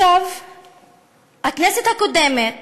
הכנסת הקודמת,